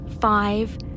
five